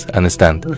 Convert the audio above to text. understand